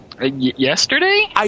Yesterday